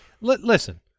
listen